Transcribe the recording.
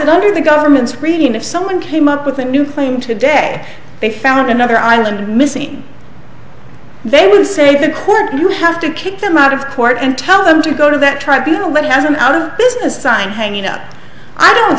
that under the government's reading if someone came up with a new claim today they found another island missing they would say the court you have to kick them out of court and tell them to go to that tribunals that has them out of business sign hanging up i don't